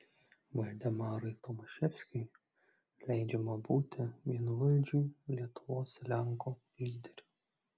valdemarui tomaševskiui leidžiama būti vienvaldžiui lietuvos lenkų lyderiu